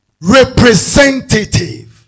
Representative